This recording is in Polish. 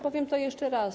Powiem to jeszcze raz.